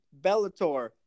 bellator